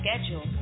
schedule